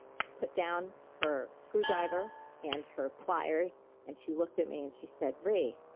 she put down her screwdriver and her pliers and she looked at me and she said, ree,